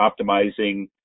optimizing